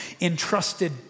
entrusted